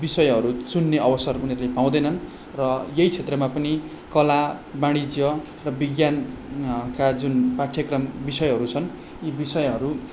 विषयहरू चुन्ने अवसर उनीहरूले पाउँदैनन् र यही क्षेत्रमा पनि कला वाणिज्य र विज्ञानका जुन पाठ्यक्रम विषयहरू छन् यी विषयहरू